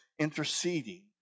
interceding